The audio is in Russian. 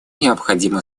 необходима